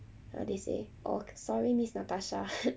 uh they say orh sorry miss natasha